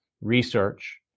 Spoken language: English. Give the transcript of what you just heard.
research